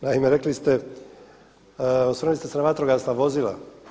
Naime, rekli ste, osvrnuli ste se na vatrogasna vozila.